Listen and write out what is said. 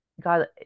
God